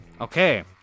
Okay